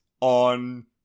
on